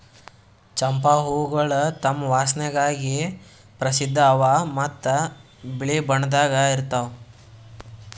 ಚಂಪಾ ಹೂವುಗೊಳ್ ತಮ್ ವಾಸನೆಗಾಗಿ ಪ್ರಸಿದ್ಧ ಅವಾ ಮತ್ತ ಬಿಳಿ ಬಣ್ಣದಾಗ್ ಇರ್ತಾವ್